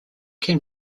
can